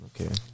Okay